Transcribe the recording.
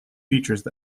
features